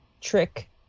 trick